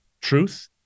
truth